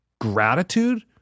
gratitude